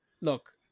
look